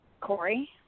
Corey